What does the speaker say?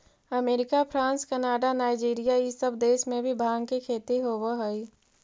America, France, Canada, Nigeria इ सब देश में भी भाँग के खेती होवऽ हई